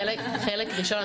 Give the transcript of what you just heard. חלק ראשון,